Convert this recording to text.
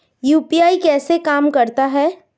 UPI कैसे काम करता है?